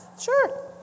Sure